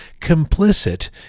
complicit